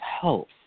health